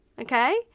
okay